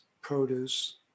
produce